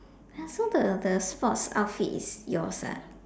!huh! so the the sports outfit is yours ah